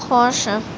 خوش